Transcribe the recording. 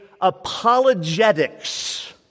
apologetics